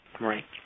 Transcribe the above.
Right